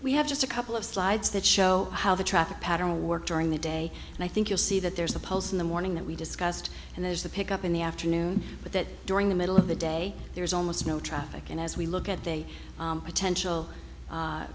we have just a couple of slides that show how the traffic pattern will work during the day and i think you'll see that there's a pulse in the morning that we discussed and there's the pick up in the afternoon but that during the middle of the day there's almost no traffic and as we look at the potential